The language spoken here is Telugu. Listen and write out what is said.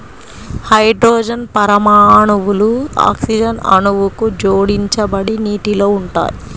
హైడ్రోజన్ పరమాణువులు ఆక్సిజన్ అణువుకు జోడించబడి నీటిలో ఉంటాయి